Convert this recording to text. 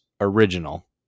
original